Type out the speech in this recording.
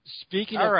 Speaking